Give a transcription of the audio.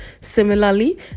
Similarly